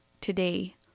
today